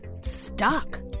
stuck